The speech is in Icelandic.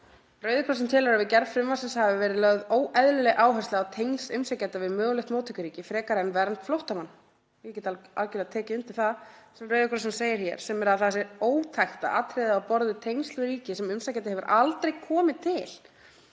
Rauði krossinn telur að við gerð frumvarpsins hafi verið lögð óeðlileg áhersla á tengsl umsækjenda við mögulegt móttökuríki fremur en vernd flóttamanna.“ Ég get algerlega tekið undir það sem Rauði krossinn segir hér, að það sé ótækt að atriði á borð við tengsl við ríki sem umsækjandi hefur aldrei komið til